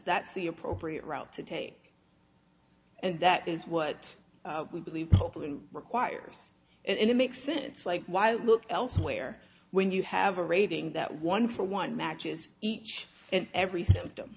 the appropriate route to take and that is what we believe hopefully and requires and it makes sense like why look elsewhere when you have a rating that one for one matches each and every symptom